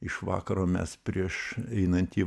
iš vakaro mes prieš einant į